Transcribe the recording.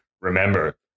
remember